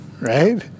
right